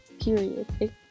period